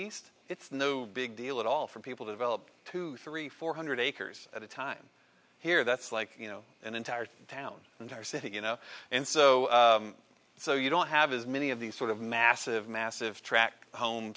east it's no big deal at all for people to develop two three four hundred acres at a time here that's like you know an entire town entire city you know and so so you don't have as many of these sort of massive massive track home